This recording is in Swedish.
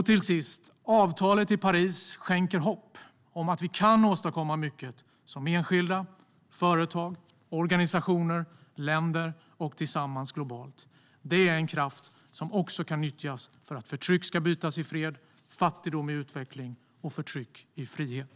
Till sist: Avtalet i Paris skänker hopp om att vi kan åstadkomma mycket som enskilda, som företag, som organisationer, som länder och tillsammans globalt. Det är en kraft som också kan nyttjas för att byta förtryck mot fred, fattigdom mot utveckling och förtryck mot frihet.